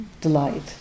delight